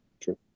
true